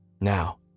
now